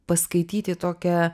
paskaityti tokią